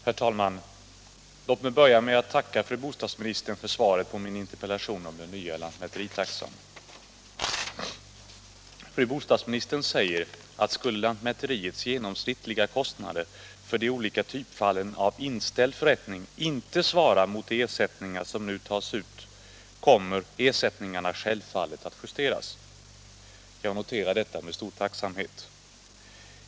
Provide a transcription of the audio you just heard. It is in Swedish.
Herr talman! Låt mig börja med att tacka fru bostadsministern för svaret på min irterpellation om den nya lantmäteritaxan. Fru bostadsministern säger att skulle lantmäteriets genomsnittliga kostnader för de olika typfallen av inställd förrättning inte svara mot de ersättningar som nu tas ut, kommer ersättningarna självfallet att justeras. Jag noterar detta med stor tacksamhet.